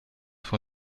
for